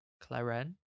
Claren